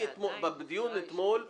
בדיון אתמול אמרתי,